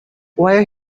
while